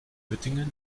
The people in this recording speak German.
göttingen